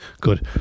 Good